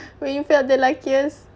when you felt the luckiest